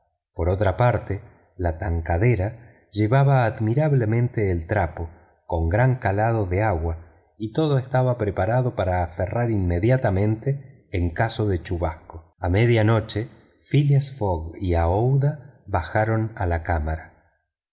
por otra parte la tankadera llevaba admirablemente el trapo con gran calado de agua y todo estaba preparado para aferrar inmediatamente en caso de chubasco a medianoche phileas fogg y aouida bajaron a la cámara